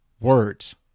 words